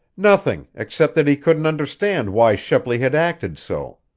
nothing, except that he couldn't understand why shepley had acted so.